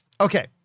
Okay